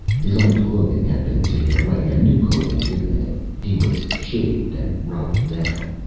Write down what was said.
his old clothing had been taken away and new clothing given him. he was shaved and rubbed down.